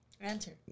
Answer